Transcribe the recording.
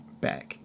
back